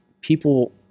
people